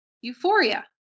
Euphoria